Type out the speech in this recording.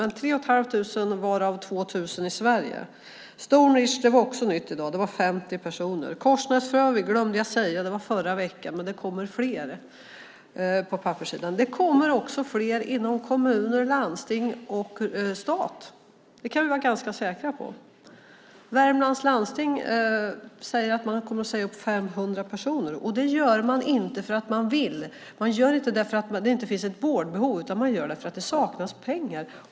Det är fråga om 3 500 varav 2 000 i Sverige. Stoneridge var också nytt i dag. Det var 50 personer. Korsnäs i Frövi glömde jag nämna. Det var i förra veckan. Men det kommer fler på papperssidan. Det kommer också fler varsel inom kommuner, landsting och stat. Det kan vi vara ganska säkra på. Värmlands landsting kommer att säga upp 500 personer. Det gör man inte för att man vill eller för att det inte finns ett vårdbehov utan för att det saknas pengar.